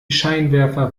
scheinwerfer